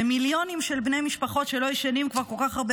במיליונים של בני משפחות שלא ישנים כבר כל כך הרבה